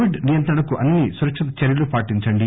Covid నియంత్రణకు అన్ని సురక్షిత చర్యలూ పాటించండి